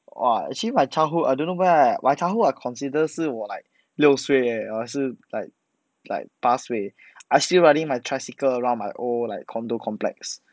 !wah! actually my childhood I don't know where my childhood are consider 是我 like 六岁 eh 还是 like like 八岁 I still running my tricycle around like my old condo complex